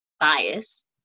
bias